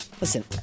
listen